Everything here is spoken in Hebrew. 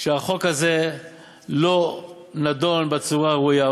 שהחוק הזה לא נדון בצורה הראויה.